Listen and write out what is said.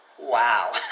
Wow